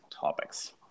topics